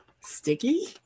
Sticky